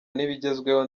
n’ibigezweho